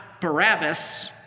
Barabbas